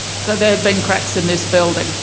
so there have been cracks in this building,